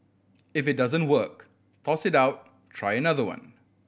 if it doesn't work toss it out try another one